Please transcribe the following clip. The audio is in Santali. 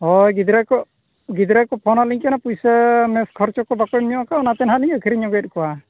ᱦᱚᱭ ᱜᱤᱫᱽᱨᱟᱹᱠᱚ ᱜᱤᱫᱽᱨᱟᱹᱠᱚ ᱯᱷᱚᱱᱟᱞᱤᱧ ᱠᱟᱱᱟ ᱯᱩᱭᱥᱟᱹ ᱢᱮᱹᱥ ᱠᱷᱚᱨᱪᱟᱠᱚ ᱵᱟᱠᱚ ᱮᱢᱧᱚᱜ ᱟᱠᱟᱫᱼᱟ ᱚᱱᱟᱛᱮ ᱱᱟᱦᱟᱜᱞᱤᱧ ᱟᱹᱠᱷᱨᱤᱧ ᱧᱚᱜᱮᱫ ᱠᱚᱣᱟ